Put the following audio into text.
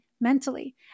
mentally